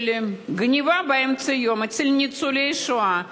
של גנבה באמצע היום מניצולי שואה,